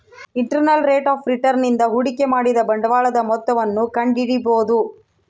internal rate of return ನಿಂದ ಹೂಡಿಕೆ ಮಾಡಿದ ಬಂಡವಾಳದ ಮೊತ್ತವನ್ನು ಕಂಡಿಡಿಬೊದು